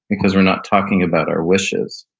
because we're not talking about our wishes,